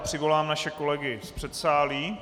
Přivolám naše kolegy z předsálí.